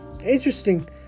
interesting